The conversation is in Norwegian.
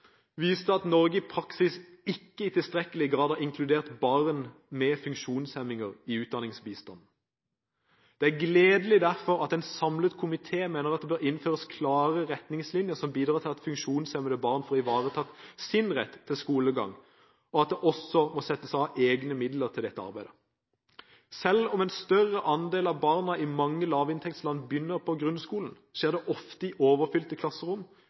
viste at Norge i praksis ikke i tilstrekkelig grad har inkludert barn med funksjonshemninger i utdanningsbistanden. Det er derfor gledelig at en samlet komité mener at det bør innføres klare retningslinjer som bidrar til at funksjonshemmede barn får ivaretatt sin rett til skolegang, og at det også må settes av egne midler til dette arbeidet. Selv om en større andel av barna i mange lavinntektsland begynner på grunnskolen, foregår det ofte i overfylte klasserom